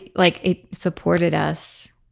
it like it supported us.